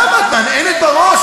למה את מהנהנת בראש,